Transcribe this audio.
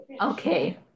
Okay